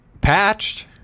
Patched